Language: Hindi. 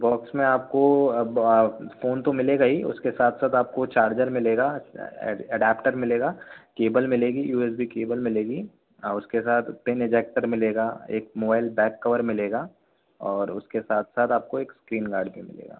बॉक्स में आपको फ़ोन तो मिलेगा ही उसके साथ साथ आपको चार्जर मिलेगा एडेप्टर मिलेगा केबल मिलेगी यू एस बी केबल मिलेगी और उसके साथ तीन एडेप्टर मिलेगा एक मोबाइल बैक कवर मिलेगा और उसके साथ साथ आपको एक स्क्रीन गार्ड भी मिलेगा